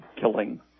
killing